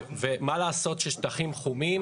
מה לעשות ששטחים חומים,